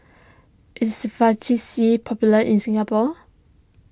is Vagisil popular in Singapore